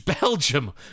Belgium